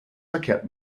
verkehrt